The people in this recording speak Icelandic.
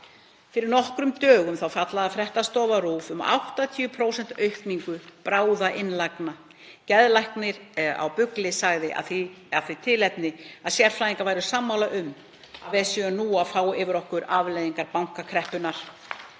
Fyrir nokkrum dögum fjallaði fréttastofa RÚV um 80% fjölgun bráðainnlagna. Geðlæknir á BUGL sagði af því tilefni að sérfræðingar væru sammála um að við værum nú að fá yfir okkur afleiðingar bankakreppunnar.